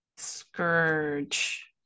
scourge